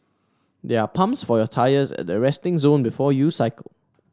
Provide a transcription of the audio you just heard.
there are pumps for your tyres at the resting zone before you cycle